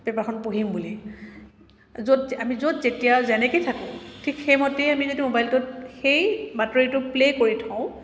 পেপাৰখন পঢ়িম বুলি য'ত আমি য'ত যেতিয়া যেনেকৈয়ে থাকোঁ ঠিক সেইমতেই আমি যদি মোবাইলটোত সেই বাতৰিটো প্লে' কৰি থওঁ